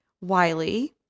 Wiley